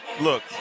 look